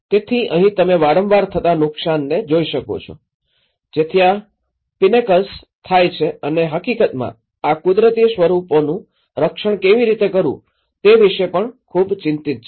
તેથી અહીં તમે વારંવાર થતા નુકસાનને જોઈ શકો છો જે આ પિનકલ્સથી થાય છે અને હકીકતમાં આ કુદરતી સ્વરૂપોનું રક્ષણ કેવી રીતે કરવું તે વિશે પણ ખૂબ ચિંતિત છે